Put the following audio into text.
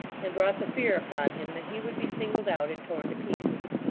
and brought the fear upon him that he would be singled out, and torn to pieces.